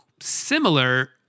similar